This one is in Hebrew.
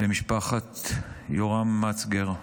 למשפחת יורם מצגר,